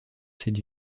cette